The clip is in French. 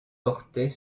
portait